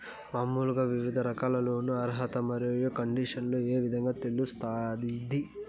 మామూలుగా వివిధ రకాల లోను అర్హత మరియు కండిషన్లు ఏ విధంగా తెలుస్తాది?